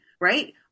right